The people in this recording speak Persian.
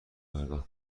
پرداخت